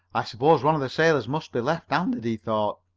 i suppose one of the sailors must be left-handed, he thought.